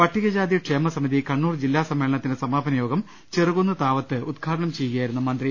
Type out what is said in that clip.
പട്ടികജാതി ക്ഷേമ സമിതി കണ്ണൂർ ജില്ലാ സമ്മേളനത്തിന്റെ സ മാപന യോഗം ചെറുകുന്ന് താവത്ത് ഉദ്ഘാടനം ചെയ്യുകയായിരുന്നു മന്ത്രി